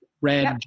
red